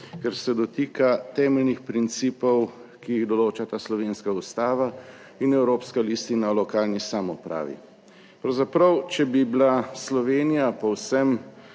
ker se dotika temeljnih principov, ki jih določa ta slovenska Ustava in evropska listina o lokalni samoupravi. Pravzaprav, če bi bila Slovenija povsem